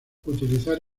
utilizar